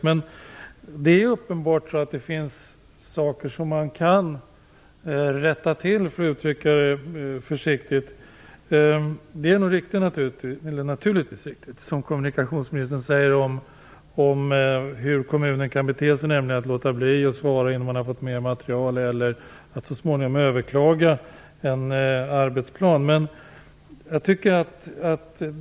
Men det finns uppenbart saker som man kan rätta till, för att uttrycka det försiktigt. Det som kommunikationsministern säger om hur kommuner kan bete sig, nämligen att de kan låta bli att svara innan de fått mer material eller att de så småningom kan överklaga en arbetsplan, är naturligtvis riktigt.